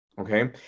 okay